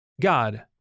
God